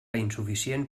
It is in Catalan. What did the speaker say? insuficient